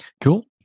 cool